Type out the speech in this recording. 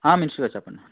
minister గారు చెప్పండి